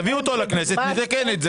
תביא אותו לכנסת, נתקן ונאשר את זה.